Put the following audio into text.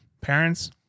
Parents